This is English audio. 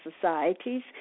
societies